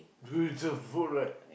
eat some good food right